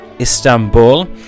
Istanbul